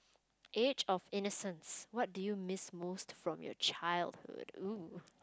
age of innocence what do you miss most from your childhood oo